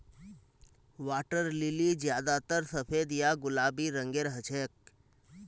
water lily ज्यादातर सफेद या गुलाबी रंगेर हछेक